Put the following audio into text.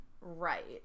Right